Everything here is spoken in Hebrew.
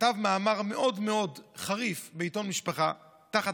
שכתב מאמר מאוד חריף בעיתון משפחה תחת